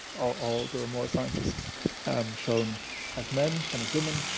ah there are more scientists um shown as men than as women.